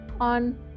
on